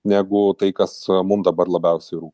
negu tai kas mum dabar labiausiai rūpi